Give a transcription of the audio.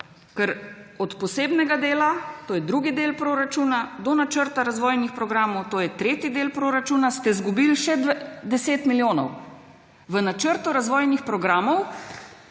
ker od posebnega dela, to je drugi del proračuna, do načrta razvojnih programov, to je tretji del proračuna, ste izgubili še 10 milijonov. V načrtu razvojnih programov,